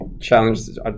challenges